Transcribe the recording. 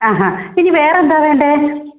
ആഹാ ഇനി വേറെയെന്താണ് വേണ്ടത്